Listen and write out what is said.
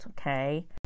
Okay